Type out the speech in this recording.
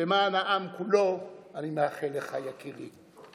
למען העם כולו, אני מאחל לך, יקירי.